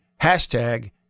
Hashtag